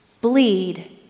bleed